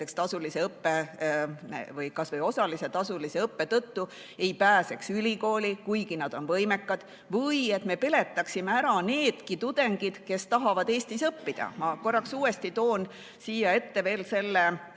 kas või osaliselt tasulise õppe tõttu ei pääseks ülikooli, kuigi nad on võimekad, või et me peletaksime ära need tudengid, kes tahavad Eestis õppida. Ma korraks toon uuesti nende